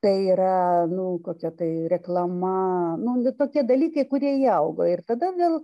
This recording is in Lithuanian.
tai yra nu kokia tai reklama nu va tokie dalykai kurie įaugo ir tada vėl